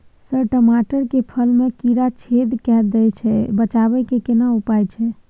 Sir टमाटर के फल में कीरा छेद के दैय छैय बचाबै के केना उपाय छैय?